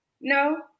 No